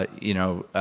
ah you know,